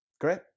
Great